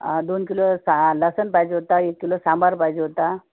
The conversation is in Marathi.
दोन किलो सा लसूण पाहिजे होता एक किलो सांबार पाहिजे होता